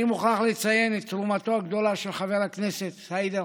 אני מוכרח לציין את תרומתו הגדולה של חבר הכנסת סעיד אלחרומי,